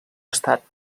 estat